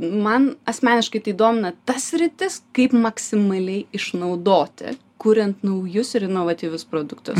man asmeniškai tai domina ta sritis kaip maksimaliai išnaudoti kuriant naujus ir inovatyvius produktus